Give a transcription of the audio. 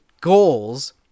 goals